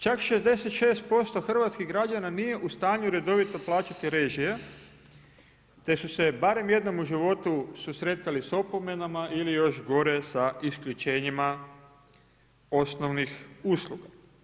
Čak 66% hrvatskih građana nije u stanju redovito plaćati režije, te su se barem jednom u životu susretali s opomenama ili još gore, sa isključenjima osnovnih usluga.